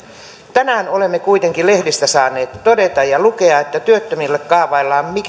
tänään olemme kuitenkin saaneet lehdistä lukea ja todeta että työttömille kaavaillaan